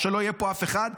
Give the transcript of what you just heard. או שלא יהיה פה אף אחד,